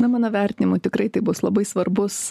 na mano vertinimu tikrai tai bus labai svarbus